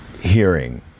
hearing